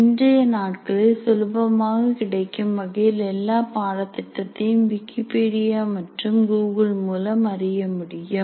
இன்றைய நாட்களில் சுலபமாக கிடைக்கும் வகையில் எல்லா பாடத்திட்டத்தையும் விக்கிப்பீடியா மற்றும் கூகுள் மூலம் அறிய முடியும்